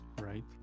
right